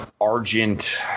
Argent